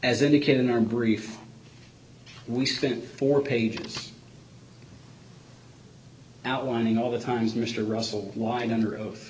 indicated in our brief we spent four pages outlining all the times mr russell whined under oath